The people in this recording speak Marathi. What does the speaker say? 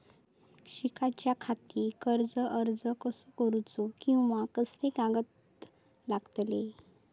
शिकाच्याखाती कर्ज अर्ज कसो करुचो कीवा कसले कागद लागतले?